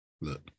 Look